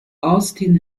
austin